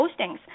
postings